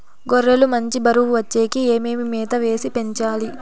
గొర్రె లు మంచి బరువు వచ్చేకి ఏమేమి మేత వేసి పెంచాలి?